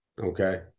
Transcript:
okay